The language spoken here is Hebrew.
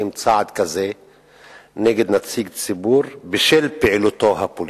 צעד כזה נגד נציג ציבור בשל פעילותו הפוליטית.